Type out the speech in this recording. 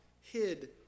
hid